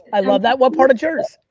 i love that. what part of jersey?